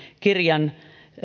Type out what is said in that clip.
kirjan